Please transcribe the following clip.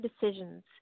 decisions